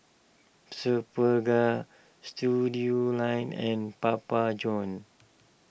Superga Studioline and Papa Johns